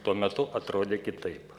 tuo metu atrodė kitaip